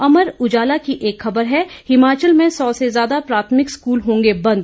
अमर उजाला की एक खबर है हिमाचल में सौ से ज्यादा प्राथमिक स्कूल होंगे बंद